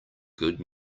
good